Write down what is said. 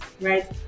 right